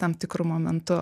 tam tikru momentu